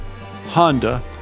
Honda